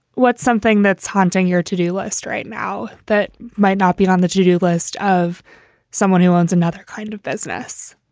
what's something that's haunting your to do list right now that might not be on the to do list of someone who owns another kind of business?